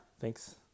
Thanks